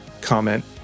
comment